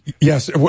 Yes